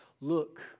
Look